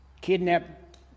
kidnapped